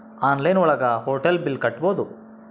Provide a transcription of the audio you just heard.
online ಒಳಗ hotel bill ಕಟ್ಬೋದು